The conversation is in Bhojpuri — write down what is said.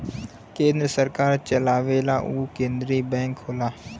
केन्द्र सरकार चलावेला उ केन्द्रिय बैंक होला